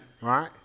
Right